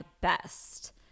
best